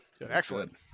Excellent